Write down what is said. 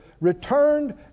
returned